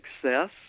success